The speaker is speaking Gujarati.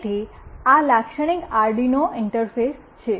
તેથી આ લાક્ષણિક અરડિનો ઇન્ટરફેસ છે